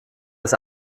des